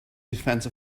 defense